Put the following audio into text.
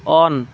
on